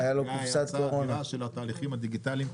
זאת התוצאה של התהליכים הדיגיטאליים,